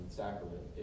sacrament